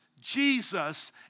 Jesus